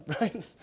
right